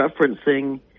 referencing